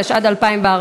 התשע"ד 2014,